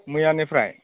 मैयानिफ्राय